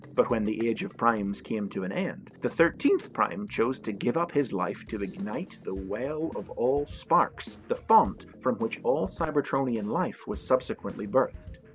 but when the age of primes came to an end, the thirteenth prime chose to give up his life to ignite the well of all sparks, the font from which all cybertronian life was subsequently birthed.